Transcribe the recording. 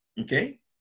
Okay